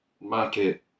market